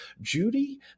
judy